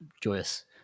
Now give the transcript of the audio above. joyous